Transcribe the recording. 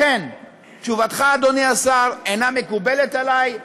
לכן, תשובתך, אדוני השר, אינה מקובלת עלי,